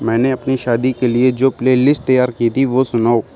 میں نے اپنی شادی کے لیے جو پلے لسٹ تیار کی تھی وہ سناؤ